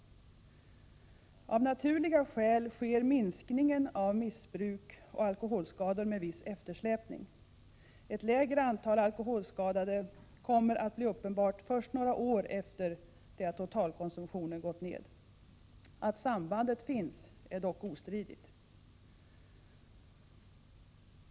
Av naturliga skäl sker minskningen av missbruk och alkoholskador med viss eftersläpning. Ett lägre antal alkoholskadade kommer att bli möjligt att registrera först några år efter det att totalkonsumtionen gått ned. Att sambandet finns är dock ostridigt.